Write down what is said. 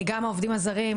גם העובדים הזרים,